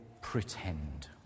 pretend